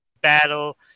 battle